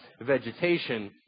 vegetation